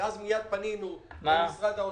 ואז מיד פנינו למשרד האוצר.